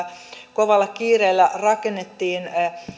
kovalla kiireellä rakennettiin